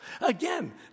Again